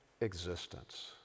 existence